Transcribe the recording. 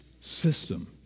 system